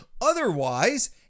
Otherwise